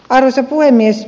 arvoisa puhemies